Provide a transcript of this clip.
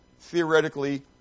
theoretically